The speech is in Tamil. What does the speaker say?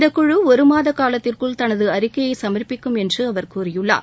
இந்த குழு ஒருமாத காலத்திற்குள் தனது அறிக்கையை சம்ப்பிக்கும் என்று அவர் கூறியுள்ளார்